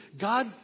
God